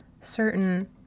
certain